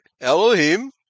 Elohim